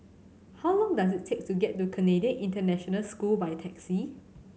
how long does it take to get to Canadian International School by taxi